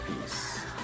Peace